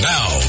Now